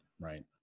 right